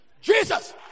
Jesus